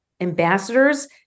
ambassadors